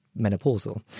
menopausal